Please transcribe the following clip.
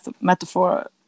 metaphor